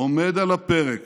עומד על הפרק